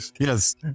Yes